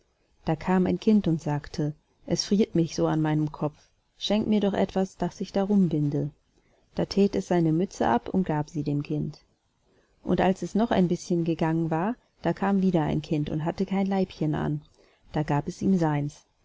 da kam ein kind und sagte es friert mich so an meinem kopf schenk mir doch etwas das ich darum binde da thät es seine mütze ab und gab sie dem kind und als es noch ein bischen gegangen war da kam wieder ein kind und hatte kein leibchen an da gab es ihm seins